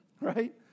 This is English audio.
Right